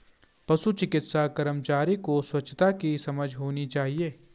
पशु चिकित्सा कर्मचारी को स्वच्छता की समझ होनी चाहिए